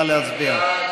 נא להצביע.